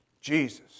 Jesus